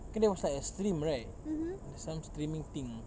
kan there was like a stream right there's some streaming thing